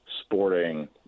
sporting